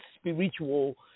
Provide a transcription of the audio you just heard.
spiritual